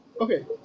Okay